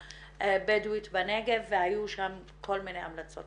הבדואית בנגב והיו שם כל מיני המלצות.